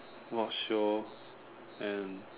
watch show and